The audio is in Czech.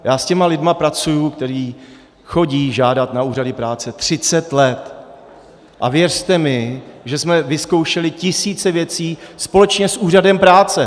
Já s těmi lidmi pracuji, kteří chodí žádat na úřady práce, třicet let a věřte mi, že jsme vyzkoušeli tisíce věcí společně s úřadem práce.